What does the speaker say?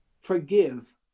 forgive